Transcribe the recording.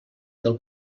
del